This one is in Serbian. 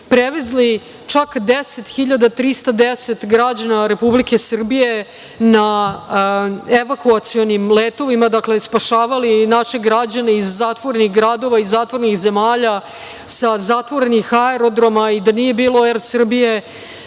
prevezli čak 10.310 građana Republike Srbije na evakuacionim letovima. Dakle, spašavali naše građane iz zatvorenih gradova, iz zatvorenih zemalja, sa zatvorenih aerodroma. Da nije bilo „Er Srbije“,